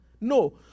No